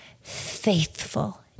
faithful